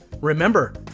remember